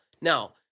Now